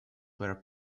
were